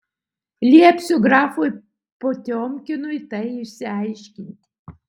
liepsiu grafui potiomkinui tai išsiaiškinti